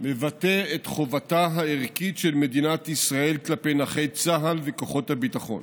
מבטא את חובתה הערכית של מדינת ישראל כלפי נכי צה"ל וכוחות הביטחון.